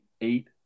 eight